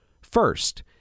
First